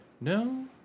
no